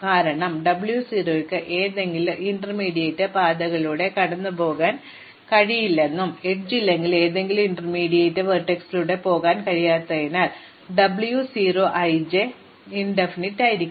കാരണം W 0 ന് ഏതെങ്കിലും ഇന്റർമീഡിയറ്റ് പാതകളിലൂടെ കടന്നുപോകാൻ കഴിയില്ലെന്നും എഡ്ജ് ഇല്ലെങ്കിൽ എനിക്ക് ഏതെങ്കിലും ഇന്റർമീഡിയറ്റ് വെർട്ടെക്സിലൂടെ പോകാൻ കഴിയാത്തതിനാൽ W 0 i j അനന്തമായിരിക്കണം